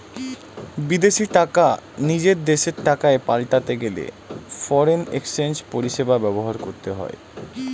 বিদেশী টাকা নিজের দেশের টাকায় পাল্টাতে গেলে ফরেন এক্সচেঞ্জ পরিষেবা ব্যবহার করতে হয়